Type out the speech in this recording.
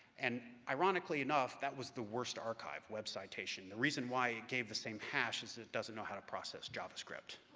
and, ironically enough, that was the worst archive web citation. the reason why it gave the same hash is it doesn't know how to process javascript.